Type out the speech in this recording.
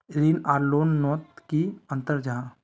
ऋण आर लोन नोत की अंतर जाहा?